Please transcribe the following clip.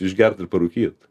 išgert ir parūkyt